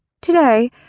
Today